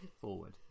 forward